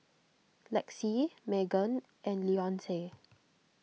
Lexie Meagan and Leonce